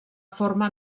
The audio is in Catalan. forma